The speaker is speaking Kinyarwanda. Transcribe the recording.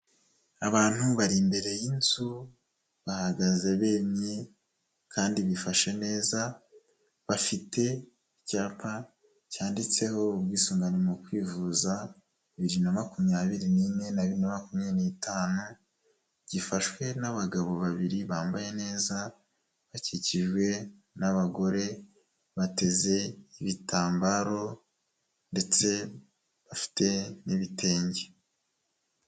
Abantu bari imbere y'inzu, bahagaze bemye kandi bifashe neza, bafite icyapa cyanditseho ubwisungane mu kwivuza, bibiri na makumyabiri n'ine na bibiri na makumyabiri n'itanu, gifashwe n'abagabo babiri bambaye neza bakikijwe n'abagore bateze ibitambaro ndetse bafite n'ibitenge.